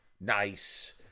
nice